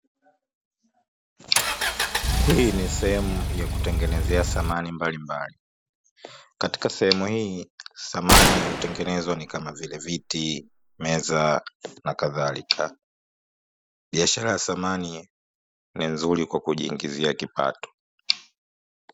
Hii ni sehemu ya kutengenezea samani mbalimbali, katika sehemu hii samani hutengenezwa ni kama vile:viti, meza na kadhalika, biashara ya samani ni nzuri kwa kujiingizia kipato.